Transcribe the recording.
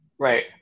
Right